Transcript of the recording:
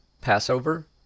Passover